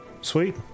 Sweet